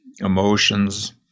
emotions